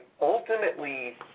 ultimately